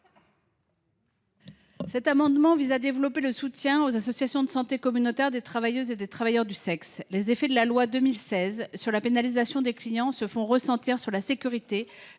Cet amendement vise à développer le soutien aux associations de santé communautaire des travailleuses et travailleurs du sexe. Les effets de la loi de 2016 sur la pénalisation des clients se font ressentir sur la sécurité,